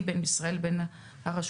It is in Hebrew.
בתוך הקרן,